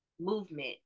movement